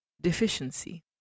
deficiency